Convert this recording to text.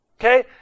okay